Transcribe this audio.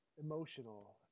emotional